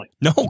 No